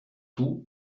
tout